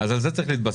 אז על זה צריך להתבסס,